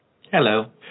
Hello